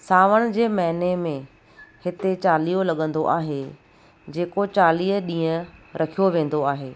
सावण जे महिने में हिते चालीहो लॻंदो आहे जेको चालीह ॾींहं रखियो वेंदो आहे